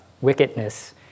wickedness